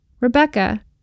Rebecca